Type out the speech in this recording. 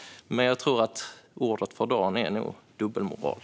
Jag tror dock att ordet för dagen är dubbelmoral.